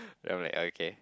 then I was like okay